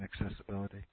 accessibility